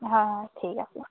হয় ঠিক আছে